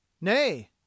Nay